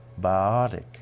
biotic